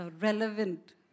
relevant